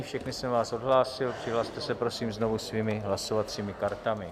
Všechny jsem vás odhlásil, přihlaste se, prosím, znovu svými hlasovacími kartami.